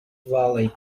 valley